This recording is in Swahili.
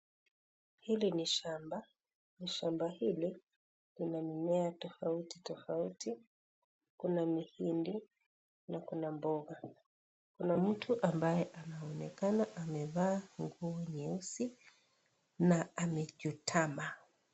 Hili ni shamba. Shamba hili lina mimea tofauti tofauti. Kuna mihindi na kuna mboga. Kuna mtu ambaye akaonekana amevaa nguo nyeusi na amejutama.